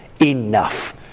enough